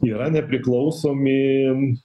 yra nepriklausomi